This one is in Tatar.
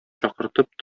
чакыртып